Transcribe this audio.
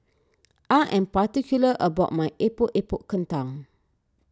I am particular about my Epok Epok Kentang